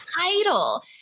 title